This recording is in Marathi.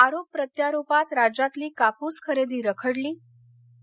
आरोप प्रत्यारोपात राज्यातली कापुस खरद्दी रखडली आणि